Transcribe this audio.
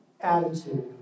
attitude